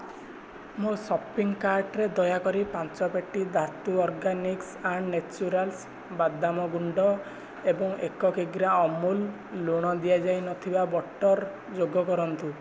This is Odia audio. ମୋ ସପିଂ କାର୍ଟ୍ରେ ଦୟାକରି ପାଞ୍ଚ ପେଟି ଧାତୁ ଅର୍ଗାନିକ୍ସ ଆଣ୍ଡ ନେଚୁରାଲ୍ସ ବାଦାମ ଗୁଣ୍ଡ ଏବଂ ଏକ କିଗ୍ରା ଅମୁଲ ଲୁଣ ଦିଆଯାଇନଥିବା ବଟର୍ ଯୋଗ କରନ୍ତୁ